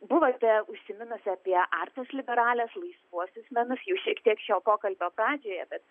buvote užsiminusi apie artes liberales laisvuosius menus jau šiek tiek šio pokalbio pradžioje bet